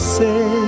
say